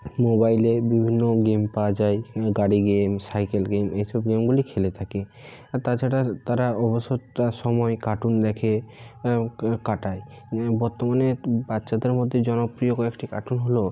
মোবাইলে বিভিন্ন গেম পাওয়া যায় গাড়ি গেম সাইকেল গেম এইসব গেমগুলি খেলে থাকে আর তাছাড়া তারা অবসরটা সময়ে কার্টুন দেখে কাটায় বর্তমানে বাচ্চাদের মধ্যে জনপ্রিয় কয়েকটি কার্টুন হলো